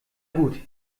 gut